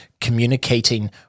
communicating